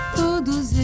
todos